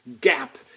gap